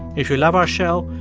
if you love our show,